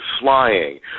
flying